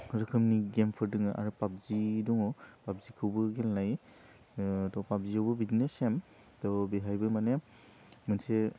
रोखोमनि गेमफोर दोङो आरो फाबजि दङ फाबजिखौबो गेलेनाय थह फाबजियावबो बिदिनो सेम थह बेहायबो माने मोनसे